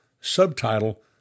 subtitle